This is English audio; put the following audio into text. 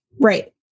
Right